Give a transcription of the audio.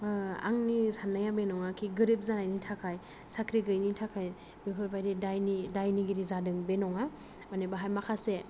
आंनि साननाया बे नङाखि गोरिब जानायनि थाखाय साख्रि गैयैनि थाखाय बेफोरबायदि दायनि दायनिगिरि जादों बे नङा मानि बाहाय माखासे